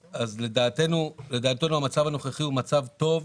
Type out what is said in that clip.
לדעתנו המצב הנוכחי הוא מצב טוב,